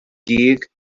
dug